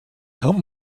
help